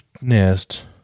nest